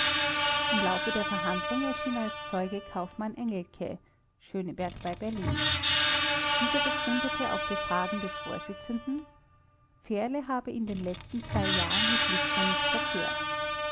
im laufe der verhandlung erschien als zeuge kaufmann engelke schöneberg bei berlin dieser bekundete auf befragen des vorsitzenden fährle habe in den letzten zwei jahren mit lichtner nicht verkehrt